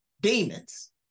demons